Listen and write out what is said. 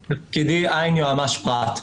אני ע' יועמ"ש פרט.